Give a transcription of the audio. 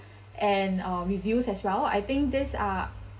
and uh reviews as well I think these are